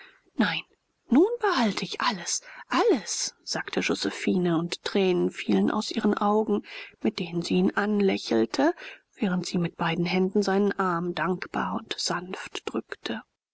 nein nun behalt ich alles alles sagte josephine und tränen fielen aus ihren augen mit denen sie ihn anlächelte während sie mit beiden händen seinen arm dankbar und sanft drückte